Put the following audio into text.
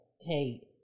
hey